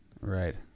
Right